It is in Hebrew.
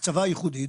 הקצבה ייחודית,